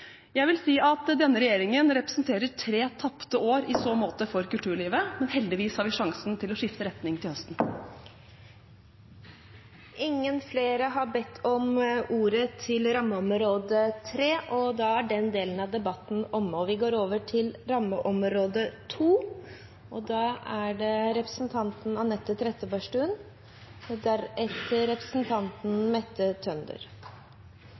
Jeg vil si at denne regjeringen representerer tre tapte år i så måte for kulturlivet, men heldigvis har vi sjansen til å skifte retning til høsten. Flere har ikke bedt om ordet til rammeområde 3. Da er den delen av debatten omme, og vi går over til rammeområde